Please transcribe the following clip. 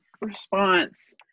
response